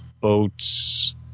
boats